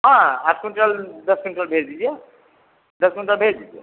हाँ आठ कुंटल दस कुंटल भेज दीजिए दस कुंटल भेज दीजिए